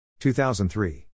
2003